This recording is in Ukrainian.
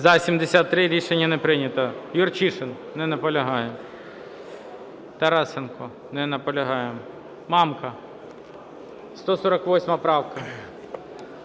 За-73 Рішення не прийнято. Юрчишин. Не наполягає. Тарасенко. Не наполягає. Мамка. 148 правка.